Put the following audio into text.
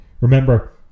Remember